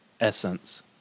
essence